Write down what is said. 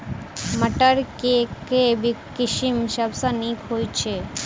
मटर केँ के किसिम सबसँ नीक होइ छै?